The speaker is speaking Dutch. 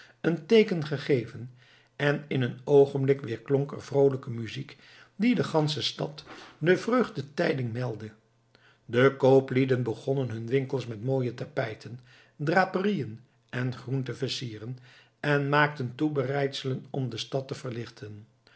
een teeken gegeven en in een oogenblik weerklonk er vroolijke muziek die de gansche stad de vreugdetijding meldde de kooplieden begonnen hun winkels met mooie tapijten draperieën en groen te versieren en maakten toebereidselen om de stad te verlichten